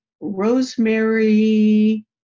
rosemary